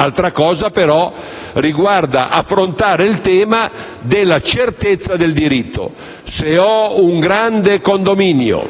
Altra cosa, però, riguarda affrontare il tema della certezza del diritto. Si sa che in un grande condominio,